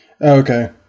Okay